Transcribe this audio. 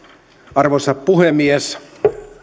arvoisa puhemies